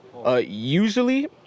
Usually